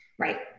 Right